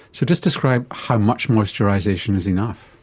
so just describe how much moisturisation is enough.